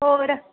ਹੋਰ